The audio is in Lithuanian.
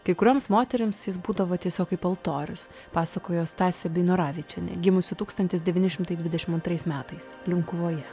kai kurioms moterims jis būdavo tiesiog kaip altorius pasakojo stasė beinoravičienė gimusi tūkstantis devyni šimtai dvidešim antrais metais linkuvoje